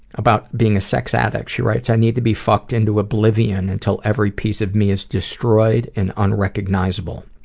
about being a sex addict, she writes i need to be fucked into oblivion, until every piece of me is destroyed and unrecognizable.